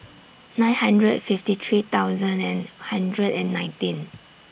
nine hundred fifty three thousand and hundred and nineteen